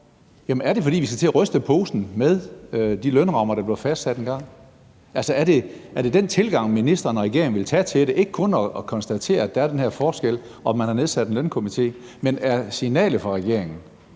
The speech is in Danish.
det er sådan, at vi skal til at ryste posen med hensyn til de lønrammer, der blev fastsat engang. Er det den tilgang, ministeren og regeringen vil tage til det, og ikke kun konstatere, at der er den her forskel, og at nedsætte en lønkomité? Er signalet fra regeringen,